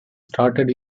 started